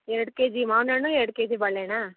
ಎರಡು ಕೆಜಿ ಮಾವಿನಣ್ಣು ಎರಡು ಕೆಜಿ ಬಾಳೆಹಣ್ಣಾ